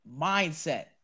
mindset